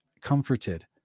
comforted